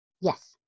Yes